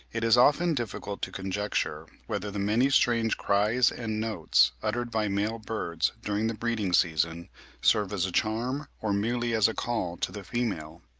it is often difficult to conjecture whether the many strange cries and notes uttered by male birds during the breeding-season serve as a charm or merely as a call to the female.